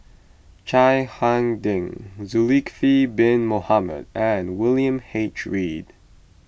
Chiang Hai Ding Zulkifli Bin Mohamed and William H Read